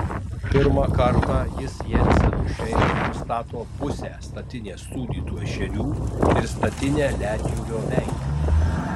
pirmą kartą jis jensenų šeimai pristato pusę statinės sūdytų ešerių ir statinę ledjūrio menkių